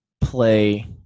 play